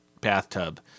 bathtub